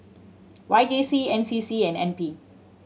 Y J C N C C and N P